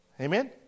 Amen